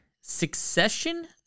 Succession